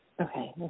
Okay